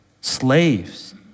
Slaves